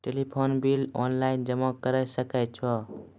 Telephone bill online जमा करै सकै छौ?